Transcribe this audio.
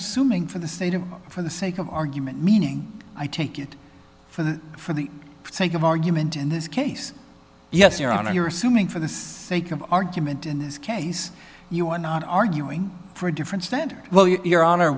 assuming for the sake of for the sake of argument meaning i take it for the for the sake of argument in this case yes your honor you're assuming for the sake of argument in this case you are not arguing for a different standard well your hon